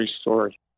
story